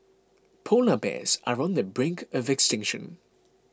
Polar Bears are on the brink of extinction